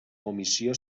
comissió